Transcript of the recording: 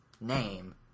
name